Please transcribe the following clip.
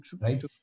right